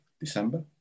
December